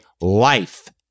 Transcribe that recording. life